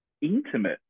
intimate